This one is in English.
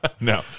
no